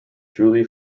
julie